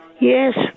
Yes